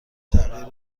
تغییر